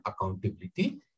accountability